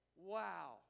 wow